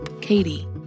Katie